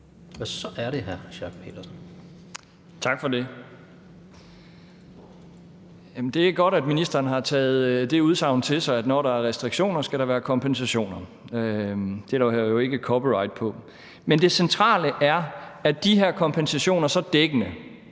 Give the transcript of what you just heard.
Kl. 16:49 Torsten Schack Pedersen (V): Tak for det. Det er godt, at ministeren har taget det udsagn til sig, at når der er restriktioner, skal der være kompensationer. Det er der jo ikke copyright på, men det centrale er: Er de her kompensationer så dækkende?